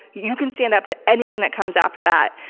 you can stand up to anything that comes after that.